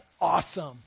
awesome